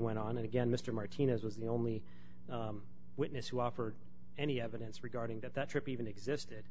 went on and again mr martinez was the only witness who offered any evidence regarding that that trip even existed